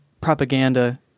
propaganda